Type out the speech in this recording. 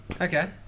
Okay